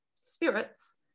spirits